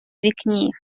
вікні